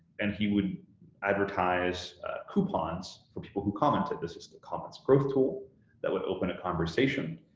and he would advertise coupons for people who commented. this is the comment growth tool that would open a conversation.